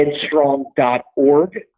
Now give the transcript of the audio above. headstrong.org